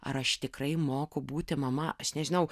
ar aš tikrai moku būti mama aš nežinau